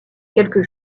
quelques